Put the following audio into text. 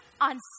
on